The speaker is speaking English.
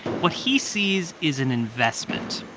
what he sees is an investment,